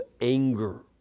anger